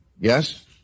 Yes